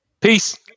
peace